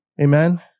Amen